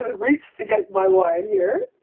ah reach to get my wine here.